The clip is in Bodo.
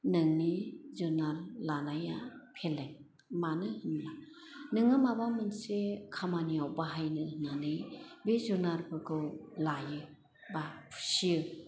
नोंनि जुनार लानाया फेलें मानो होनब्ला नोङो माबा मोनसे खामानियाव बाहायनो होन्नानै बे जुनारफोरखौ लायो बा फुसियो